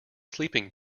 sleeping